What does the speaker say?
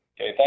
Okay